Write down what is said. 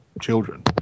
children